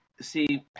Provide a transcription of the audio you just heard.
See